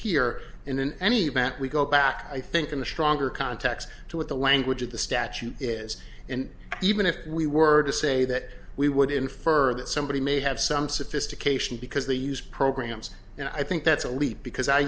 here in any event we go back i think in a stronger context to what the language of the statute is and even if we were to say that we would infer that somebody may have some sophistication because they use programs and i think that's a leap because i